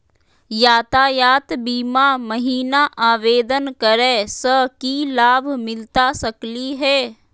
यातायात बीमा महिना आवेदन करै स की लाभ मिलता सकली हे?